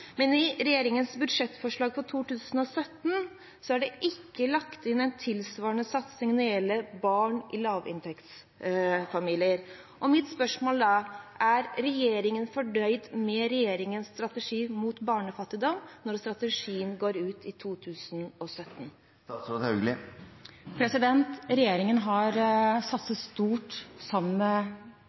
Men i regjeringens budsjettforslag for 2017 er det ikke lagt inn en tilsvarende satsing når det gjelder barn i lavinntektsfamilier. Mitt spørsmål er da: Er regjeringen fornøyd med regjeringens strategi mot barnefattigdom når strategien går ut i 2017? Regjeringen har satset stort sammen med